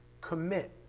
commit